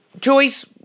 Joyce